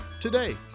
today